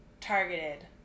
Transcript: targeted